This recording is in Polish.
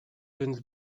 więc